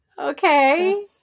Okay